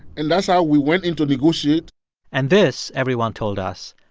and that's how we went in to negotiate and this, everyone told us,